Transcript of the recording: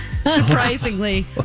Surprisingly